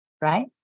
Right